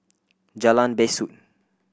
Jalan Besut